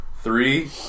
Three